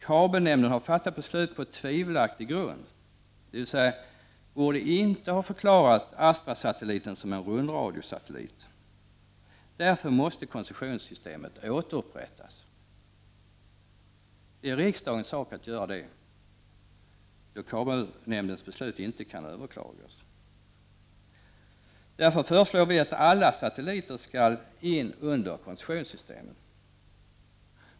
Kabelnämnden har fattat beslut på tvivelaktig grund, dvs. borde inte ha förklarat Astrasatelliten vara en rundradiosatellit. Därför måste koncessionssystemet återupprättas. Det är riksdagens sak, då kabelnämndens beslut inte kan överklagas. Därför föreslår vi att alla satelliter skall in under koncessionssystemet.